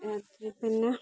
രാത്രി പിന്നെ